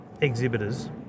exhibitors